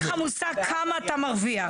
אין לך מושג כמה אתה מרוויח.